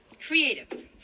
creative